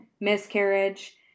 miscarriage